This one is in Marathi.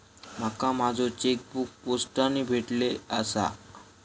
माका माझो चेकबुक पोस्टाने भेटले आसा